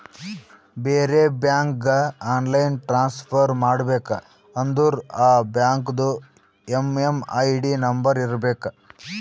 ಬೇರೆ ಬ್ಯಾಂಕ್ಗ online transfer ಮಾಡಬೇಕ ಅಂದುರ್ ಆ ಬ್ಯಾಂಕ್ದು ಎಮ್.ಎಮ್.ಐ.ಡಿ ನಂಬರ್ ಇರಬೇಕ